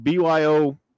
byo